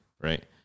right